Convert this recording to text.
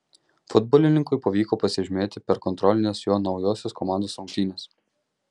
futbolininkui pavyko pasižymėti per kontrolines jo naujosios komandos rungtynes